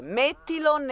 mettilo